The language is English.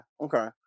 okay